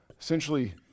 essentially